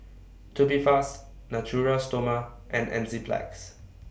Tubifast Natura Stoma and Enzyplex